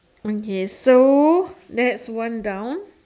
okay so that's one down